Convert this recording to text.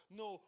no